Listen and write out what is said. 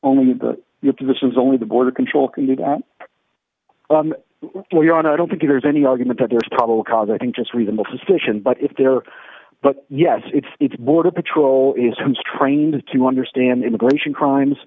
only the you have to this is only the border control can do that well your honor i don't think there's any argument that there's probable cause i think it's reasonable suspicion but if there but yes it's it's border patrol is who's trained to understand immigration crimes